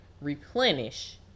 replenish